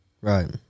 Right